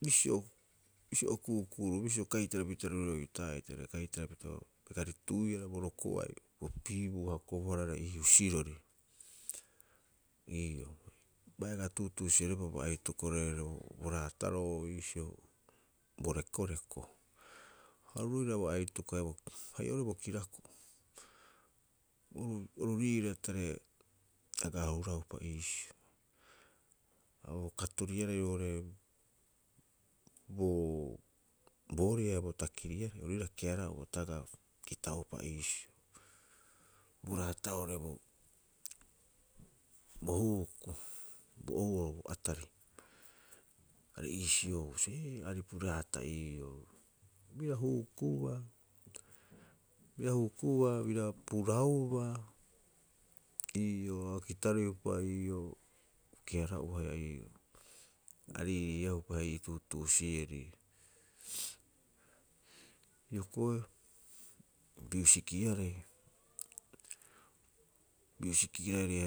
Bisio, bisio o ku'uku'uruu bisio kaitara pita ruiroeaa oitaa'ita are kaitara pita ta rituiia bo roko'ai bo piibuu a hokobohara oiraarei ii huusirori. Ii'oo bai aga tuutuusi'ereupa bo aitoko oirare oo'ore bo raataro'oo iisio bo rekoreko. Ha oru roira bo aitoka haia bo haia orubo kirako'o. Oru riira tare aga huraupa iisio. Ha bo katoriarei oo'ore, boorii haia bo takiriarei, oru roira keara'oa ta aga kitaupa iisio, bo raata'oo oo'ore bo- bo huuku, bo ou'oo bo atari, are iisio ee aripu raata ii'oo. Bira huukubaa, bira huukubaa bira puraubaa, ii'oo aga kitareupa ii'oo keara'oa haia ii'oo, ariiriiaupa ii tuutuusi'eri. Hioko'i miusikiarei, miusikiarei